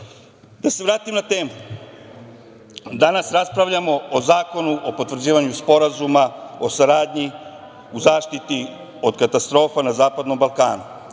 se vratim na temu. Danas raspravljamo o Zakonu o potvrđivanju Sporazuma o saradnji u zaštiti od katastrofa na Zapadnom Balkanu.